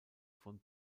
von